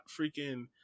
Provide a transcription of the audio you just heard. freaking